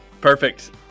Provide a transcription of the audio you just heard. Perfect